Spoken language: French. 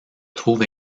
trouve